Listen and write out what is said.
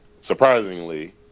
surprisingly